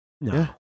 No